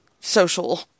social